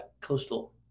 coastal